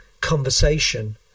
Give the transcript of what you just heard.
conversation